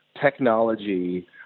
technology